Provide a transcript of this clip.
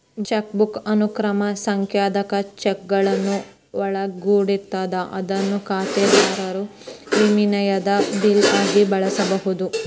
chequebook ಅನುಕ್ರಮ ಸಂಖ್ಯಾದಾಗ ಚೆಕ್ಗಳನ್ನ ಒಳಗೊಂಡಿರ್ತದ ಅದನ್ನ ಖಾತೆದಾರರು ವಿನಿಮಯದ ಬಿಲ್ ಆಗಿ ಬಳಸಬಹುದು